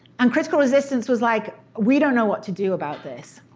and critical resistance was like we don't know what to do about this.